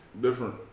Different